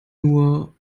nur